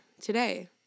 today